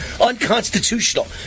unconstitutional